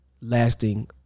lasting